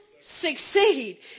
succeed